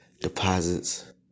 Deposits